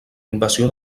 invasió